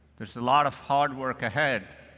there's a lot of hard work ahead.